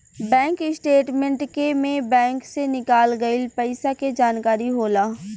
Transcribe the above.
bank statement के में bank से निकाल गइल पइसा के जानकारी होला